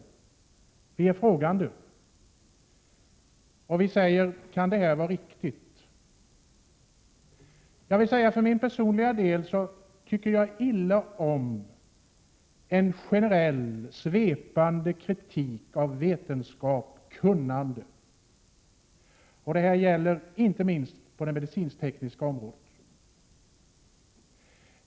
Vi är frågande, och vi säger: Kan det här vara riktigt? Jag vill säga att jag för min personliga del tycker illa om en generell, svepande kritik av vetenskap och kunnande, och det gäller inte minst på det medicinsk-tekniska området.